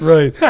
Right